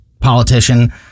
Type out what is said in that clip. politician